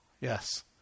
Yes